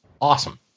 Awesome